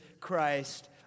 Christ